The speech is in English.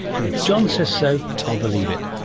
and if john says so, i'll believe it.